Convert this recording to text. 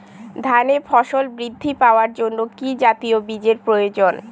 ধানে ফলন বৃদ্ধি পাওয়ার জন্য কি জাতীয় বীজের প্রয়োজন?